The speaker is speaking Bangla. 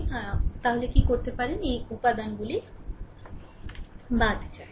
সুতরাং তাই কি করতে পারেন এই উপাদানগুলি বাদ দেয়